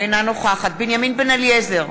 אינה נוכחת בנימין בן-אליעזר,